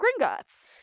gringotts